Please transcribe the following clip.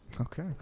Okay